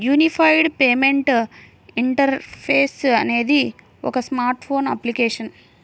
unified payment interface అనేది ఒక smart phone application